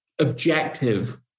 objective